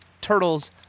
turtles